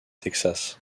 texas